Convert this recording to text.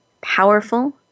powerful